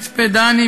מצפה-דני,